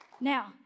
Now